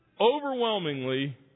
overwhelmingly